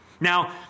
Now